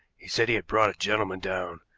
he said he had brought a gentleman down,